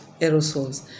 aerosols